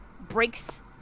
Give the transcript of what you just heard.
breaks